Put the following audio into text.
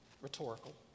Rhetorical